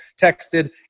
texted